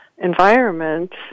environment